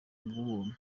bw’ubuntu